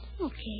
Okay